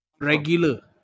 regular